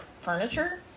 furniture